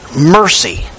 mercy